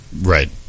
right